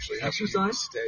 Exercise